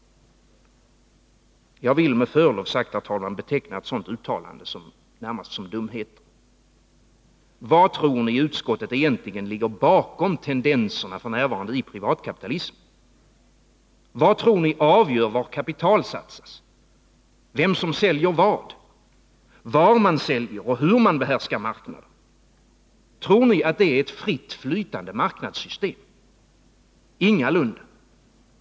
Jag vill med förlov sagt, herr talman, beteckna ett sådant uttalande närmast som dumheter. Vad tror ni egentligen ligger bakom de nuvarande tendenserna i privatkapitalismen? Vad tror ni avgör var kapital satsas? Vem som säljer vad? Var man säljer och hur man behärskar marknader? Tror ni att det är ett fritt flytande marknadssystem? Ingalunda.